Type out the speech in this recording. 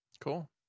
Cool